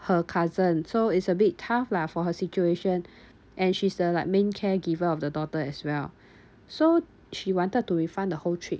her cousin so is a bit tough lah for her situation and she's the like main caregiver of the daughter as well so she wanted to refund the whole trip